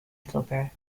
flaubert